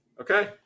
Okay